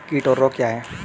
कीट और रोग क्या हैं?